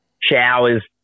Showers